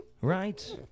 Right